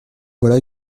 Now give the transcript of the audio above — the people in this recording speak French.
voilà